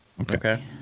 Okay